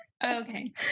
Okay